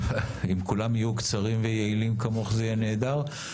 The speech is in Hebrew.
אם כולם יהיו קצרים ויעילים כמוך זה יהיה נהדר.